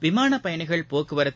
விமானப் பயணிகள் போக்குவரத்து